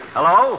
Hello